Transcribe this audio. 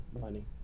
money